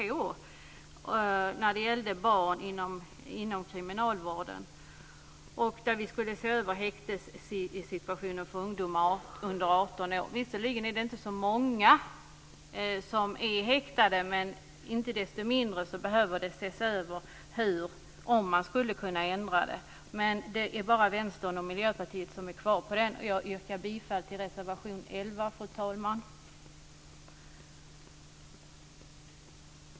Det gällde barn inom kriminalvården. Vi skulle se över häktessituationen för ungdomar under 18 år. Visserligen är det inte så många som är häktade, men det behöver icke desto mindre ses över, och man bör undersöka om man skulle kunna göra ändringar. Det är bara Vänstern och Miljöpartiet som är kvar när det gäller den reservationen. Jag yrkar bifall till reservation 11, fru talman.